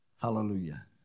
Hallelujah